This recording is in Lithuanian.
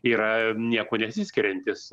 yra niekuo nesiskiriantys